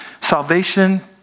Salvation